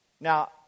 Now